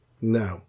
No